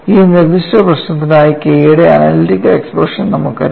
ഈ നിർദ്ദിഷ്ട പ്രശ്നത്തിനായി K യുടെ അനലിറ്റിക്കൽ എക്സ്പ്രഷൻ നമ്മൾക്കറിയാം